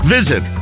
Visit